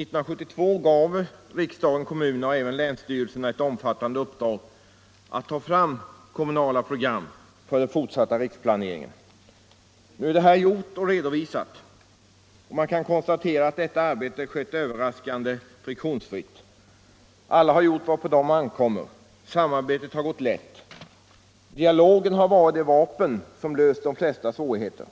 1972 gav riksdagen kommunerna och även länsstyrelserna ett omfattande uppdrag att ta fram kommande program för den fortsatta riksplaneringen. Nu är detta gjort och resultatet redovisat, och man kan konstatera att arbetet gått överraskande friktionsfritt. Alla har gjort vad på dem ankommer. Samarbetet har gått lätt. Dialogen har varit det medel som löst de flesta svårigheter.